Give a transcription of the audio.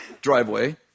driveway